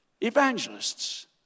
evangelists